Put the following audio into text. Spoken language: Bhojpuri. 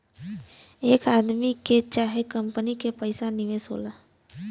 एक आदमी के चाहे कंपनी के पइसा निवेश होला